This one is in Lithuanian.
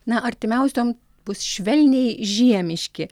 na artimiausiom bus švelniai žiemiški